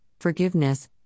forgiveness